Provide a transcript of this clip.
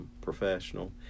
professional